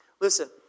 Listen